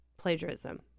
Plagiarism